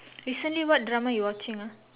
recently what drama you're watching ah